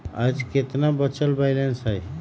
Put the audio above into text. आज केतना बचल बैलेंस हई?